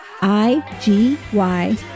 I-G-Y